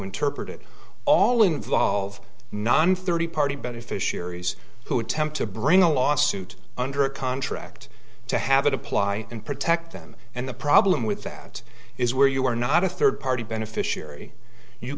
interpret it all involve non thirty party beneficiaries who attempt to bring a lawsuit under a contract to have it apply and protect them and the problem with that is where you are not a third party beneficiary you